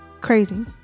crazy